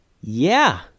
Yeah